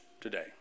today